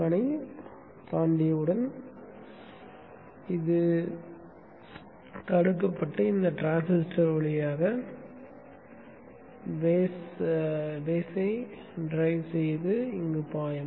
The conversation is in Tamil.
7 ஐத் தாண்டியவுடன் இது வெட்டப்பட்டு இந்த டிரான்சிஸ்டர் வழியாக பேஸ் இயக்கி பாயும்